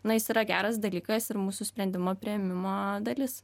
na jis yra geras dalykas ir mūsų sprendimų priėmimo dalis